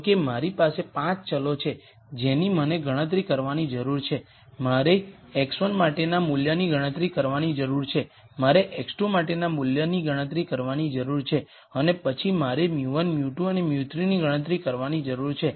જો કે મારી પાસે 5 ચલો છે જેની મને ગણતરી કરવાની જરૂર છે મારે x1 માટે મૂલ્યની ગણતરી કરવાની જરૂર છે મારે x2 માટે મૂલ્યની ગણતરી કરવાની જરૂર છે અને પછી મારે μ1 μ2 અને μ3 ની ગણતરી કરવાની જરૂર છે